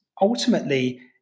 ultimately